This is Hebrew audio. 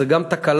זאת גם תקלה